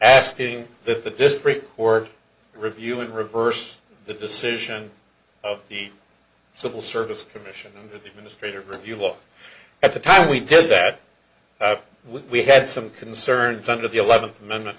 asking that the district court review and reverse the decision of the civil service commission of the ministry of review look at the time we did that we had some concerns under the eleventh amendment